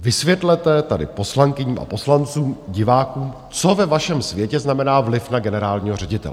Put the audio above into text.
Vysvětlete tady poslankyním a poslancům, divákům, co ve vašem světě znamená vliv na generálního ředitele.